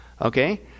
Okay